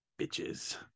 bitches